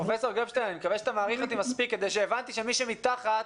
מקווה שאתה מעריך אותי מספיק ומבין שהבנתי שמי שמתחת,